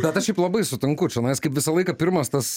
bet aš šiaip labai sunku čionais kaip visą laiką pirmas tas